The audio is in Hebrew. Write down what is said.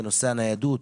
בנושא הניידות,